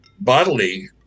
bodily